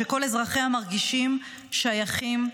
שכל אזרחיה מרגישים שייכים,